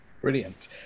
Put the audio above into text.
Brilliant